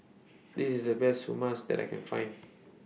This IS The Best Hummus that I Can Find